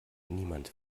niemand